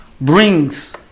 brings